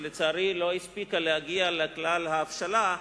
שלצערי לא הספיקה להגיע לכלל הבשלה,